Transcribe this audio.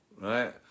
right